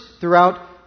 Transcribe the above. throughout